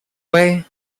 way